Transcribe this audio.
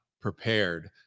prepared